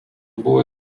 buvo